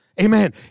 Amen